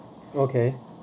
okay